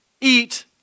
eat